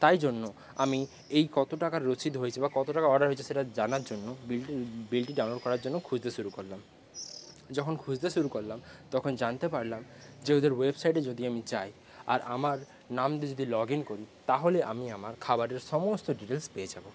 তাই জন্য আমি এই কত টাকার রসিদ হয়েছে বা কত টাকার অর্ডার হয়েছে সেটা জানার জন্য বিলটি বিলটি ডাউনলোড করার জন্য খুঁজতে শুরু করলাম যখন খুঁজতে শুরু করলাম তখন জানতে পারলাম যে ওদের ওয়েবসাইটে যদি আমি যাই আর আমার নাম দিয়ে যদি লগ ইন করি তাহলে আমি আমার খাবারের সমস্ত ডিটেলস পেয়ে যাব